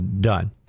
done